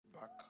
back